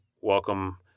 welcome